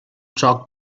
chalk